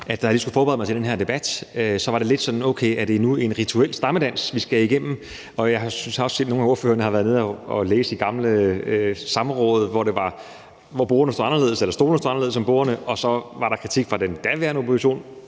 at da jeg skulle forberede mig til den her debat, tænkte jeg lidt, om det nu var en rituel stammedans, vi skulle igennem. Jeg har også set, at nogle af ordførerne har været nede at læse i gamle samråd, hvor stolene stod anderledes om bordene, og hvor der så var kritik fra den daværende opposition